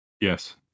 Yes